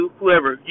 whoever